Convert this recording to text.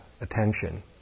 attention